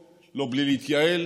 לא בלי לחקור, לא בלי להתייעל,